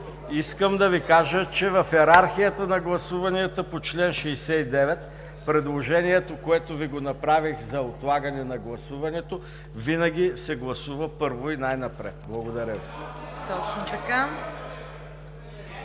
искам да Ви кажа, че в йерархията на гласуванията по чл. 69 предложението, което Ви направих – за отлагане на гласуването, винаги се гласува първо и най-напред. Благодаря Ви.